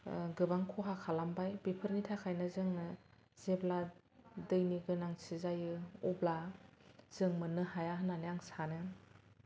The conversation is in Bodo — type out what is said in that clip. गोबां खहा खालामबाय बेफोरनि थाखायनो जोंनो जेब्ला दैनि गोनांथि जायो अब्ला जों मोननो हाया होननानै आं सानो